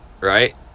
right